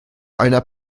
einer